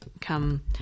come